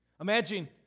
Imagine